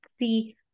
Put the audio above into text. see